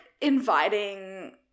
inviting